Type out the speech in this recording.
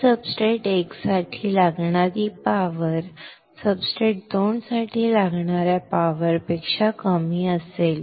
तर सब्सट्रेट 1 साठी लागणारी उर्जा सब्सट्रेट 2 साठी लागणार्या पॉवरपेक्षा कमी असेल